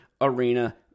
Arena